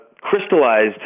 crystallized